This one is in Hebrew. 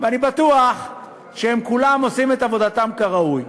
אני בטוח שהם כולם עושים את עבודתם כראוי.